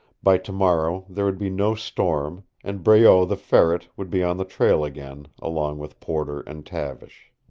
by tomorrow there would be no storm and breault the ferret would be on the trail again, along with porter and tavish.